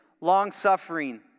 long-suffering